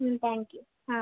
ம் thank you ah